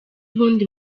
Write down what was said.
ubundi